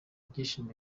ibyishimo